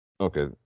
okay